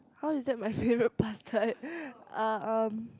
how is that my favourite pastime uh um